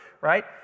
right